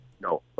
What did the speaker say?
No